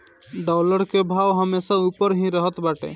dollar कअ भाव हमेशा उपर ही रहत बाटे